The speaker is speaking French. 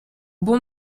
bon